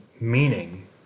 meaning